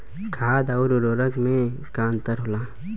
खाद्य आउर उर्वरक में का अंतर होला?